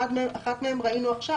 אחת מהן ראינו עכשיו.